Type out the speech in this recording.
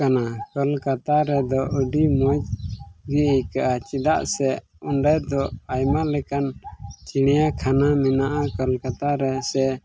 ᱠᱟᱱᱟ ᱠᱳᱞᱠᱟᱛᱟ ᱨᱮᱫᱚ ᱟᱹᱰᱤ ᱢᱚᱡᱽ ᱜᱮ ᱟᱹᱭᱠᱟᱹᱜᱼᱟ ᱪᱮᱫᱟᱜ ᱥᱮ ᱚᱸᱰᱮ ᱫᱚ ᱟᱭᱢᱟ ᱞᱮᱠᱟᱱ ᱪᱤᱲᱤᱭᱟᱠᱷᱟᱱᱟ ᱢᱮᱱᱟᱜᱼᱟ ᱠᱳᱞᱠᱟᱛᱟ ᱨᱮ ᱥᱮ